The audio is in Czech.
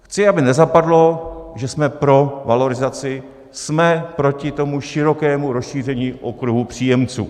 Chci, aby nezapadlo, že jsme pro valorizaci, jsme proti širokému rozšíření okruhu příjemců.